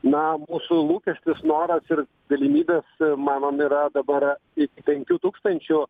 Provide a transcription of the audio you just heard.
na mūsų lūkestis noras ir galimybės manom yra dabar iki penkių tūkstančių